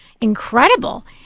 incredible